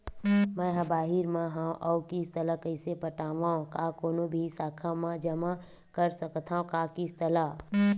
मैं हा बाहिर मा हाव आऊ किस्त ला कइसे पटावव, का कोनो भी शाखा मा जमा कर सकथव का किस्त ला?